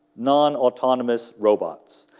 non-autonomous robots?